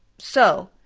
so,